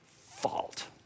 fault